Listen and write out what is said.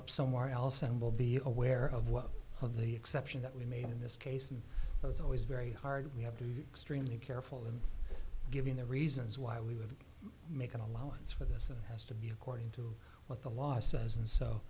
up somewhere else and will be aware of what of the exception that we made in this case and was always very hard we have to extremely careful in giving the reasons why we would make an allowance for this it has to be according to what the law says and so